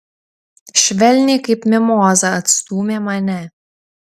švelniai kaip mimozą atstūmė mane